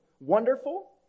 wonderful